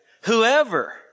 whoever